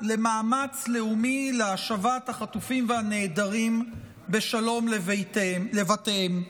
למאמץ לאומי להשבת החטופים והנעדרים בשלום לבתיהם.